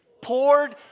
Poured